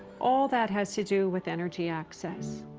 all that has to do with energy access.